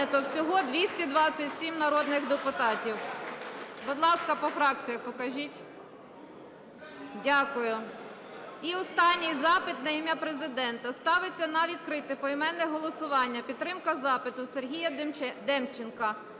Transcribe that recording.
Всього – 227 народних депутатів. Будь ласка, по фракціях покажіть. Дякую. І останній запит на ім'я Президента ставиться на відкрите поіменне голосування підтримка запиту Сергія Демченка